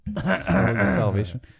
salvation